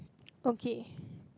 okay